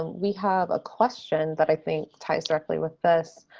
we have a question that i think ties directly with this.